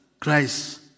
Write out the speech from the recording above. Christ